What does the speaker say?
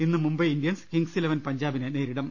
ഇന്ന് Mumbai Indians Kings Eleven പഞ്ചാ ബിനെ നേരിടും